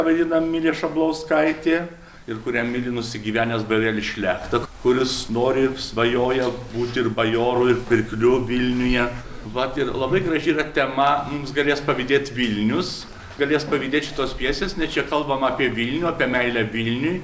vadina milė šablauskaitė ir kurią myli nusigyvenęs bajorėlis šlekta kuris nori svajoja būti ir bajoru ir pirklių vilniuje vat ir labai graži yra tema mums galės pavydėt vilnius galės pavydėt šitos pjesės nes čia kalbama apie vilnių apie meilę vilniui